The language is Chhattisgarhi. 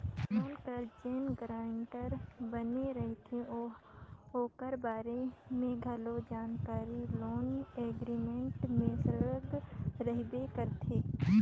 लोन कर जेन गारंटर बने रहथे ओकर बारे में घलो जानकारी लोन एग्रीमेंट में सरलग रहबे करथे